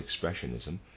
Expressionism